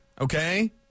okay